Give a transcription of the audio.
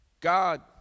God